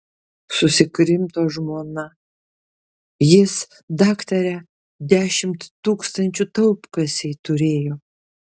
susikrimto žmona jis daktare dešimt tūkstančių taupkasėj turėjo